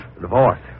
Divorce